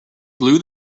glue